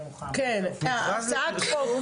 המכרז יהיה מוכן